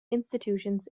institutions